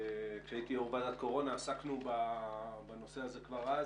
כשהייתי יו"ר ועדת קורונה עסקנו בנושא הזה כבר אז